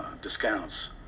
discounts